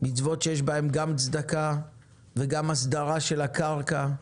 מצוות שיש בהן גם צדקה וגם הסדרה של הקרקע,